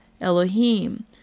Elohim